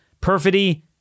perfidy